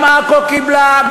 גם עכו קיבלה,